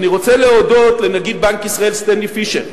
אני רוצה להודות לנגיד בנק ישראל סטנלי פישר.